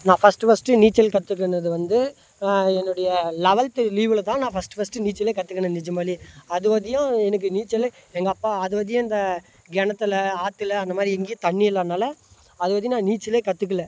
நான் first first நீச்சல் கற்றுக்கினது வந்து என்னுடைய லவெல்த் லீவில் தான் நான் ஃபஸ்ட்டு ஃபஸ்ட்டு நீச்சல் கற்றுக்கினேன் நிஜமாலே அது வரைலியும் எனக்கு நீச்சலே எங்கள் அப்பா அது வரைலியும் இந்த கிணத்துல ஆற்றுல அந்த மாதிரி எங்கேயும் தண்ணி இல்லாததினால அது வரையும் நான் நீச்சலே கற்றுக்கல